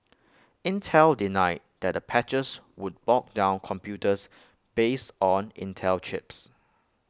Intel denied that the patches would bog down computers based on Intel chips